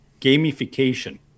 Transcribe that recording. gamification